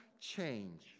change